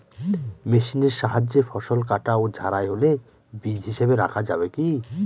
মেশিনের সাহায্যে ফসল কাটা ও ঝাড়াই হলে বীজ হিসাবে রাখা যাবে কি?